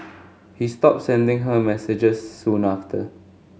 he stopped sending her messages soon after